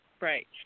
Right